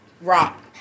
rock